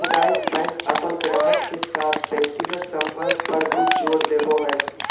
सामुदायिक बैंक अपन गाहक के साथ व्यक्तिगत संबंध पर भी जोर देवो हय